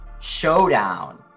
Showdown